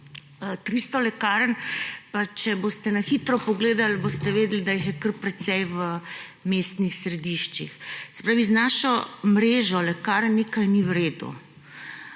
300 lekarn, pa če boste na hitro pogledali, boste vedeli, da jih je kar precej v mestnih središčih. Se pravi, z našo mrežo lekarn nekaj ni v redu.